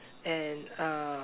and uh